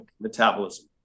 metabolism